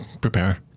Prepare